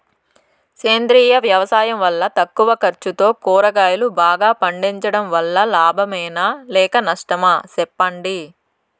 సేంద్రియ వ్యవసాయం వల్ల తక్కువ ఖర్చుతో కూరగాయలు బాగా పండించడం వల్ల లాభమేనా లేక నష్టమా సెప్పండి